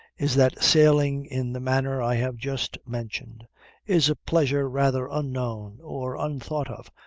is, that sailing in the manner i have just mentioned is a pleasure rather unknown, or unthought of,